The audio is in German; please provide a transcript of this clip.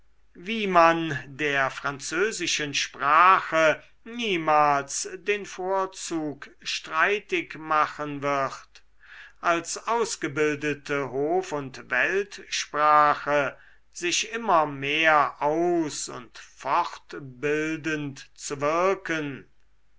wie man der französischen sprache niemals den vorzug streitig machen wird als ausgebildete hof und weltsprache sich immer mehr aus und fortbildend zu wirken